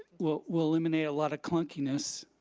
we'll we'll eliminate a lot of clunkiness